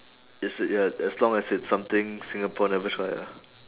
it's ya as long as it's something singapore never try ah